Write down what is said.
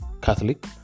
catholic